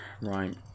Right